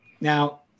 now